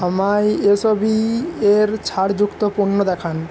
আমায় এস ও বিয়ের ছাড়যুক্ত পণ্য দেখান